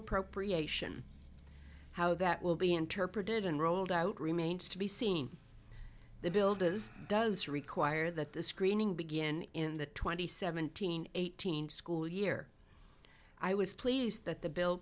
appropriation how that will be interpreted and rolled out remains to be seen the bill does does require that the screening begin in the twenty seventeen eighteen school year i was pleased that the bill